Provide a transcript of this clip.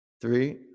three